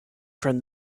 from